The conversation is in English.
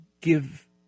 give